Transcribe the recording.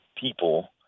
people